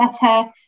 better